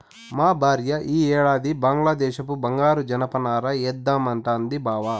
మా భార్య ఈ ఏడాది బంగ్లాదేశపు బంగారు జనపనార ఏద్దామంటాంది బావ